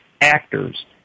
actors